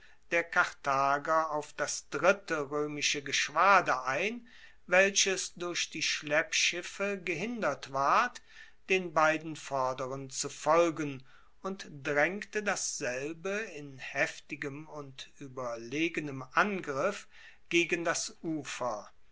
der karthager auf das dritte roemische geschwader ein welches durch die schleppschiffe gehindert ward den beiden vorderen zu folgen und draengte dasselbe in heftigem und ueberlegenem angriff gegen das ufer